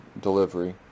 delivery